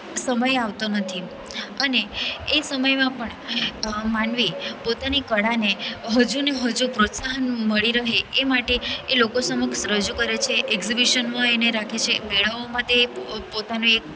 સમય આવતો નથી અને એ સમયમાં પણ માનવી પોતાની કળાને હજુને હજુ પ્રોત્સાહન મળી રહે એ માટે લોકો સમક્ષ રજુ કરે છે એક્ઝિબિશનમાં એને રાખે છે મેળાઓમાં તે પોતાની એક